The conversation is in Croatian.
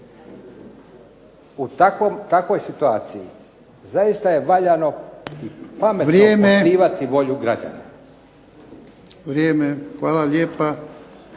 U takvoj situaciji zaista je valjano pametno pokrivati volju građana. **Jarnjak, Ivan (HDZ)**